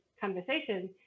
conversation